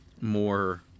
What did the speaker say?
more